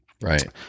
Right